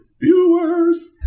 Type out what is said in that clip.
viewers